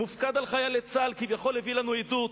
מופקד על חיילי צה"ל כביכול הביא לנו עדות,